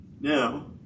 Now